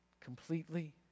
completely